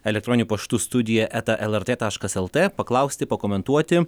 elektroniniu paštu studija eta elartė taškas eltė paklausti pakomentuoti